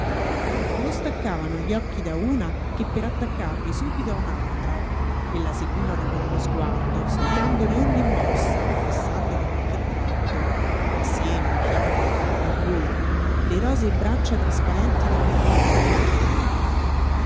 non staccavano gli occhi da una che per attaccarli subito a un'altra e la seguivano con lo sguardo studiandone ogni mossa o fissandone qualche tratto il seno i fianchi la gola le rosee braccia trasparenti dai merletti delle maniche